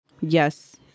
Yes